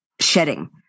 shedding